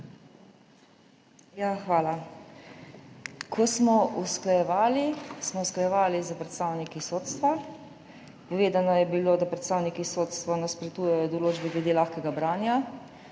Hvala. Ko smo usklajevali, smo usklajevali s predstavniki sodstva. Povedano je bilo, da predstavniki sodstva nasprotujejo določbi glede lahkega branja.